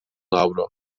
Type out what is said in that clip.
avro